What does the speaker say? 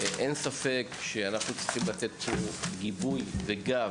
אין ספק שאנחנו צריכים לתת לבני הנוער גיבוי וגב.